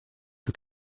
que